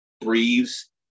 breathes